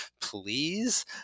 please